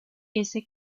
ese